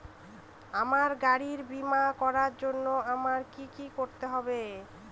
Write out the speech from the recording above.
আমার গাড়ির বীমা করার জন্য আমায় কি কী করতে হবে?